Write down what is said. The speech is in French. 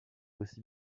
aussi